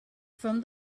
from